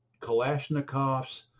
Kalashnikovs